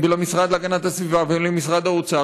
ולמשרד להגנת הסביבה ולמשרד האוצר,